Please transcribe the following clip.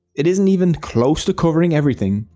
it isn't even close to covering everything.